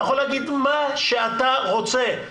אתה יכול להגיד מה שאתה רוצה,